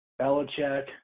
Belichick –